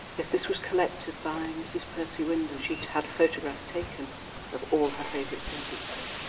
yes, this was collected by mrs percy windham. she'd had photographs taken of all her favourite servants here.